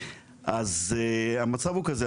אז המצב הוא כזה,